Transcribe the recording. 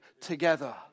together